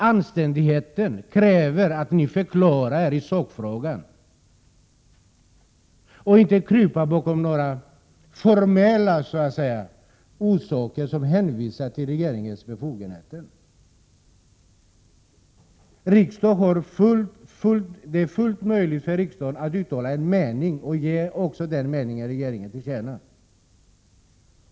Anständigheten kräver att ni förklarar er i sakfrågan och inte kryper bakom sådana formella skrivningar som att hänvisa till regeringens befogenheter. Det är fullt möjligt för riksdagen att uttala en mening och att ge regeringen den meningen till känna.